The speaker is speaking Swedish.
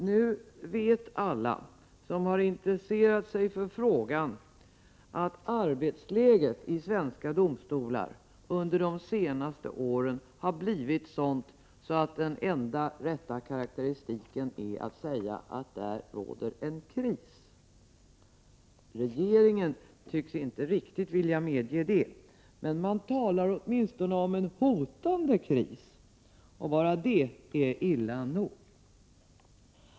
Nu vet alla som har intresserat sig för frågan att arbetsläget i de svenska domstolarna under de senaste åren har blivit sådant att den enda rätta karakteristiken är att säga att det råder en kris. Regeringen tycks inte riktigt vilja medge det, men man talar åtminstone om en hotande kris. Bara det är illa nog.